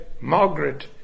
Margaret